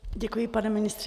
Děkuji, pane ministře.